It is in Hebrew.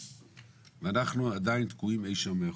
אנחנו עדיין תקועים אי שם מאחור.